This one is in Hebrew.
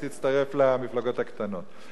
היא תצטרף למפלגות הקטנות.